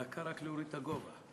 דקה רק להוריד את הגובה.